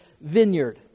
vineyard